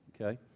okay